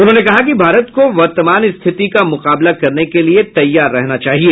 उन्होंने कहा कि भारत को वर्तमान स्थिति का मुकाबला करने के लिए तैयार रहना चाहिए